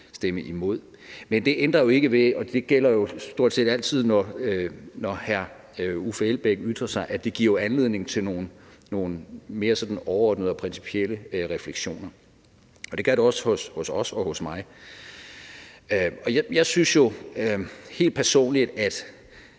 stemme imod. Men det ændrer ikke ved – og det gælder jo stort set altid, når hr. Uffe Elbæk ytrer sig – at det giver anledning til nogle mere sådan overordnede og principielle refleksioner. Og det giver det også hos os og hos mig. Jeg synes helt personligt, at